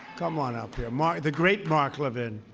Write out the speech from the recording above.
come on up here. mark, the great mark levin.